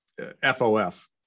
FOF